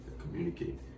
communicate